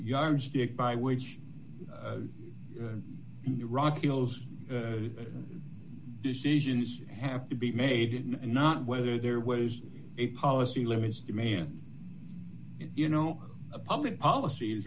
yardstick by which the rocky hills decisions have to be made and not whether there was a policy limits demand you know a public policy is